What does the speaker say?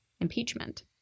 impeachment